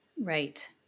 Right